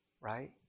right